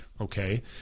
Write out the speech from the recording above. okay